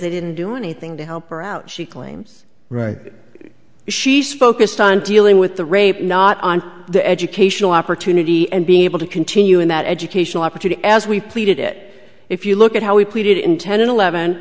they didn't do anything to help her out she claims right she's focused on dealing with the rape not on the educational opportunity and being able to continue in that educational opportunity as we pleaded it if you look at how we pleaded in ten and eleven